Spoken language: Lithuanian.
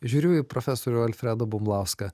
žiūriu į profesorių alfredą bumblauską ką